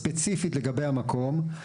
ספציפית לגבי המקום,